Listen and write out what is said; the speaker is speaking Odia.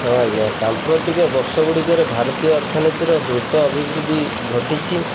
ହଁ ଆଜ୍ଞା ସାମ୍ପ୍ରତିକ ବର୍ଷଗୁଡ଼ିକରେ ଭାରତୀୟ ଅର୍ଥନୀତିର ଦ୍ରୁତ ଅଭିବୃଦ୍ଧି ଘଟିଛି